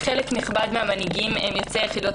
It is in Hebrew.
חלק נכבד מן המנהיגים הם יוצאי יחידות